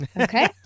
Okay